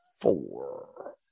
four